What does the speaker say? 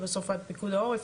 ובסוף בפיקוד העורף.